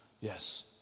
Yes